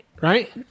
right